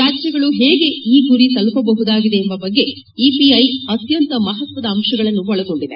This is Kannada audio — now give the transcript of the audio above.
ರಾಜ್ಜಗಳು ಹೇಗೆ ಈ ಗುರಿ ತಲುಪಬಹುದಾಗಿದೆ ಎಂಬ ಬಗ್ಗೆ ಇಪಿಐ ಅತ್ಯಂತ ಮಹತ್ವದ ಅಂತಗಳನ್ನು ಒಳಗೊಂಡಿದೆ